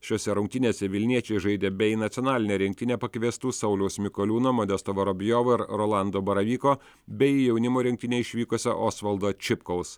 šiose rungtynėse vilniečiai žaidė be į nacionalinę rinktinę pakviestų sauliaus mikoliūno modesto vorobjovo ir rolando baravyko bei į jaunimo rinktinę išvykusio osvaldo čipkaus